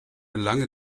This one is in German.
lange